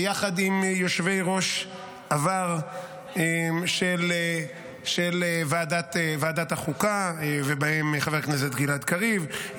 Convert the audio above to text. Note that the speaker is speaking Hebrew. יחד עם יושבי-ראש עבר של ועדת החוקה ובהם חבר הכנסת גלעד קריב,